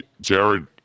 Jared